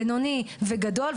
בינוני וגדול,